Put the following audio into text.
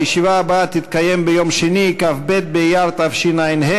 הישיבה הבאה תתקיים ביום שני, כ"ב באייר תשע"ה,